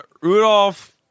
Rudolph